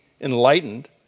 enlightened